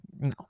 No